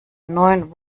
neun